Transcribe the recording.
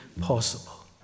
possible